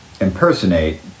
impersonate